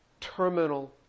terminal